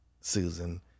Susan